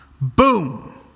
Boom